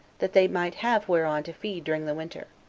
that they might have whereon to feed during the winter.